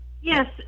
yes